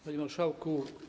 Panie Marszałku!